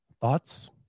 Thoughts